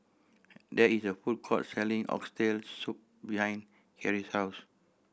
there is a food court selling Oxtail Soup behind Carey's house